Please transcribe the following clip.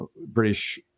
british